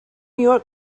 york